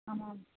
ஆமாம்